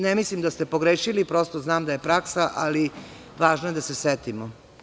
Ne mislim da ste pogrešili, prosto znam da je praksa, ali, važno je da se setimo.